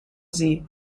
sie